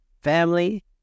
family